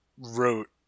Wrote